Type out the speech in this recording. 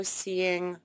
seeing